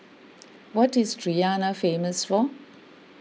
what is Tirana famous for